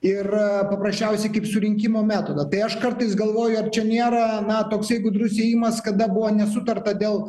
ir paprasčiausiai kaip surinkimo metodą tai aš kartais galvoju ar čia nėra na toksai gudrus ėjimas kada buvo nesutarta dėl